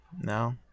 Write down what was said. No